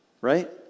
right